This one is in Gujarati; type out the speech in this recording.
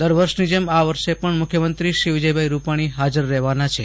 દર વર્ષની જેમ આ વર્ષે પણ મુખ્યમંત્રી વિજયભાઇ રૂપાણી હાજર રહેવાના છે